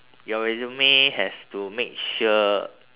your resume has to make sure